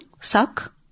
suck